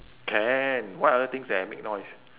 can what other things that make noise